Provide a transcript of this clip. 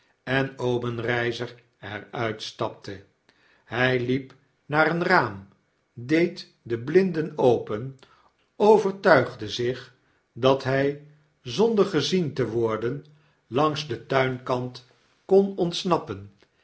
en obenreizer er uit stapte hij liep naar een raam deed de blindenopen overtuigde zich dat by zonder gezien te worden langs den tuinkant kon ontsnappen